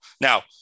Now